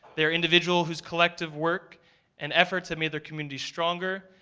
they're individuals whose collective work and efforts have made their communities stronger,